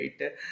right